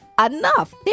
enough